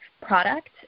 product